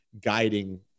guiding